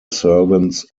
servants